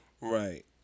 right